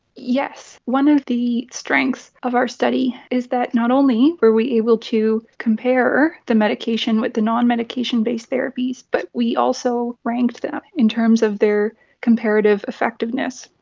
yes. one of the strengths of our study is that not only were we able to compare the medication with the non-medication based therapies, but we also ranked them in terms of their comparative effectiveness.